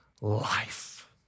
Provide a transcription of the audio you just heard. life